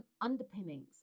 underpinnings